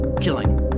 killing